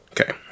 Okay